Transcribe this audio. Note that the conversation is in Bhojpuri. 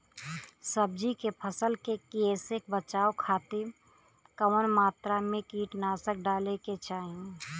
सब्जी के फसल के कियेसे बचाव खातिन कवन मात्रा में कीटनाशक डाले के चाही?